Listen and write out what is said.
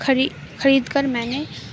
خرید خرید کر میں نے